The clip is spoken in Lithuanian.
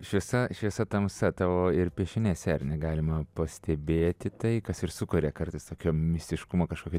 šviesa šviesa tamsa tavo ir piešinėse ar ne galima pastebėti tai kas ir sukuria kartais tokio mistiškumo kažkokio